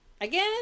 again